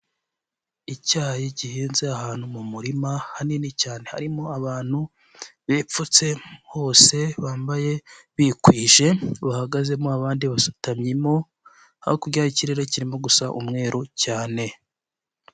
Icyayi gihinze ahantu mu murima hanini cyane, harimo abantu bipfutse hose bambaye bikwije bahagazemo, abandi basutamyemo, hakurya ikirere kirimo gusa umweru cyane.